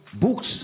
books